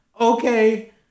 okay